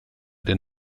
den